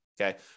Okay